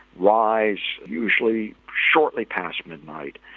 rise usually shortly past midnight,